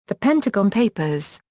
the pentagon papers,